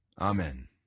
Amen